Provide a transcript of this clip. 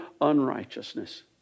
unrighteousness